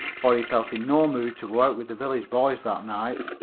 for he felt in no mood to go out with the village boys that night.